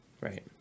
Right